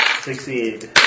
Succeed